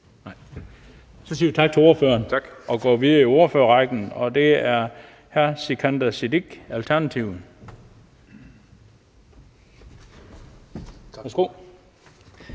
Vi siger tak til ordføreren og går videre i ordførerrækken til hr. Sikandar Siddique, Alternativet. Kl.